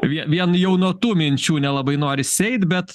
vie vien jau nuo tų minčių nelabai norisi eit bet